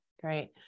great